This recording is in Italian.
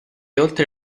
oltre